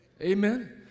amen